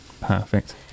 Perfect